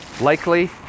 likely